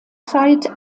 zeit